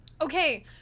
Okay